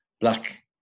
black